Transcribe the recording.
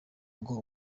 ngo